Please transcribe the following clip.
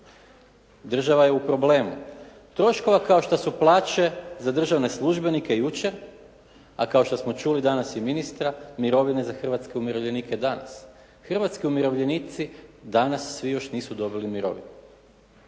Država je u problemu. Troškova kao što su plaće za državne službenike jučer, a kao što smo čuli danas i ministra, mirovine za hrvatske umirovljenike danas. Hrvatski umirovljenici danas svi još nisu dobili mirovinu.